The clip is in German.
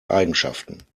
eigenschaften